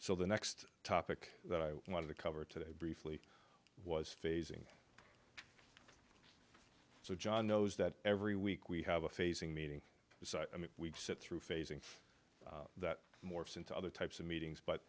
so the next topic that i wanted to cover today briefly was phasing so john knows that every week we have a phasing meeting this week sit through phasing that morphs into other types of meetings